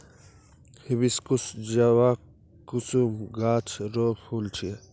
hibiscus जवाकुसुम गाछ रो फूल छिकै